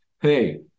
Hey